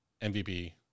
MVP